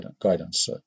guidance